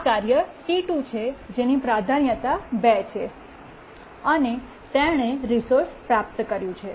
આ કાર્ય T2 છે જેની પ્રાધાન્યતા 2 છે અને તેણે રિસોર્સ પ્રાપ્ત કર્યું છે